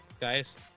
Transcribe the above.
Guys